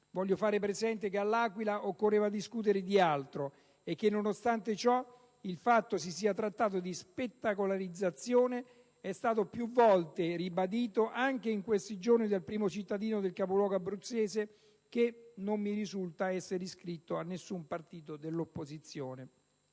voglio far presente che a L'Aquila occorreva discutere di altro e che, nonostante ciò, il fatto che si sia trattato di spettacolarizzazione è stato più volte ribadito anche in questi giorni dal primo cittadino del capoluogo abruzzese, che non mi risulta essere iscritto ad alcun partito dell'opposizione.